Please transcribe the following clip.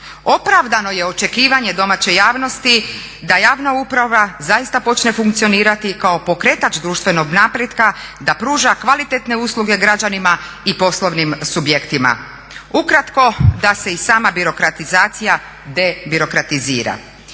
Opravdano je očekivanje domaće javnosti da javna uprava zaista počne funkcionirati kao pokretač društvenog napretka, da pruža kvalitetne usluge građanima i poslovnim subjektima. Ukratko, da se i sama birokratizacija debirokratizira.